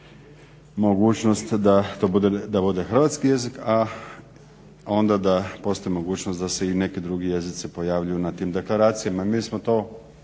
mogućnost da to bude hrvatski jezik a onda da postoji mogućnost da se i neki drugi jezici pojavljuju na tim deklaracijama. Mi smo to